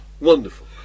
Wonderful